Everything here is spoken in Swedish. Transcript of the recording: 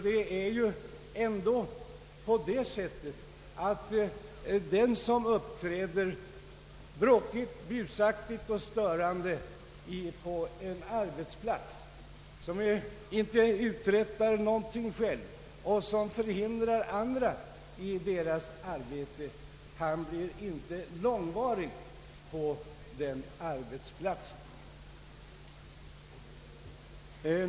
Den som uppträder bråkigt, busaktigt och störande på en arbetsplats, utanför skolan, som inte uträttar någonting själv och som hindrar andra i deras arbete, han blir inte långvarig på den arbetsplatsen.